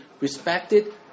respected